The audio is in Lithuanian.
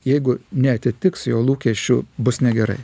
jeigu neatitiks jo lūkesčių bus negerai